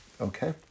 Okay